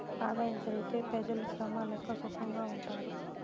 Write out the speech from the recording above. ఆదాయం పెరిగితే పెజలు శ్రమ లేక సుకంగా ఉంటారు